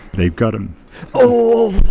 they've got them oh.